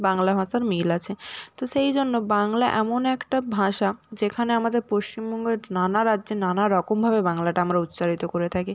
বাংলা ভাষার মিল আছে তো সেই জন্য বাংলা এমন একটা ভাষা যেখানে আমাদের পশ্চিমবঙ্গের নানা রাজ্যে নানারকমভাবে বাংলাটা আমরা উচ্চারিত করে থাকি